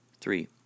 Three